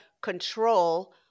control